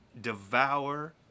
devour